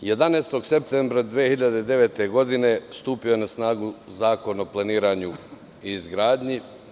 Dana 11. septembra 2009. godine je stupio na snagu Zakon o planiranju i izgradnji.